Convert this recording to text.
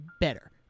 better